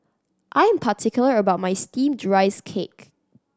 I am particular about my Steamed Rice Cake